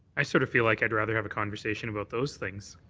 i sort of feel like i'd rather have a conversation about those things.